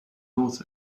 north